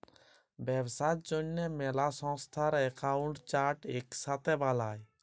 ব্যবসার জ্যনহে ম্যালা সংস্থার একাউল্ট চার্ট ইকসাথে বালায়